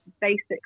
basic